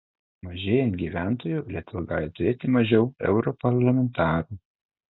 mažėjant gyventojų lietuva gali turėti mažiau europarlamentarų